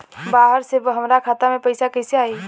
बाहर से हमरा खाता में पैसा कैसे आई?